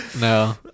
no